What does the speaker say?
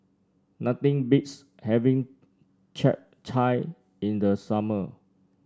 nothing beats having Chap Chai in the summer